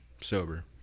sober